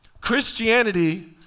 Christianity